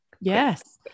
Yes